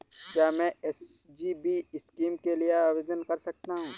क्या मैं S G B scheme के लिए आवेदन कर सकता हूँ?